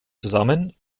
zusammen